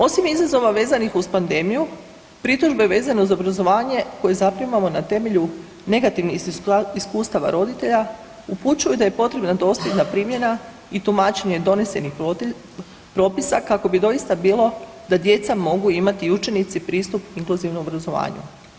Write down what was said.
Osim izazova vezanih uz pandemiju, pritužbe vezano uz obrazovanje koje zaprimamo na temelju negativnih iskustava roditelja, upućuju da je potrebna dosljedna primjena i tumačenje donesenih propisa kao bi doista bilo da djeca mogu imati i učenici pristup inkluzivnom obrazovanju.